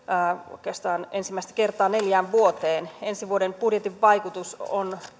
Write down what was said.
oikeastaan ensimmäistä kertaa neljään vuoteen ensi vuoden budjetin vaikutus on